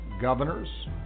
governors